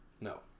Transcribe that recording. no